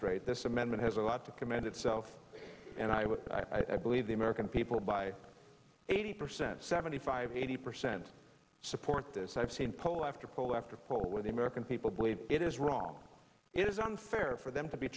straight this amendment has a lot to commend itself and i would i believe the american people by eighty percent seventy five eighty percent support this i've seen poll after poll after poll where the american people believe it is wrong it is unfair for them to be